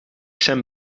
zijn